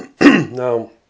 Now